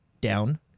down